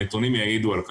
הנתונים יעידו על כך.